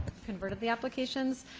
converted the applications.